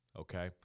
okay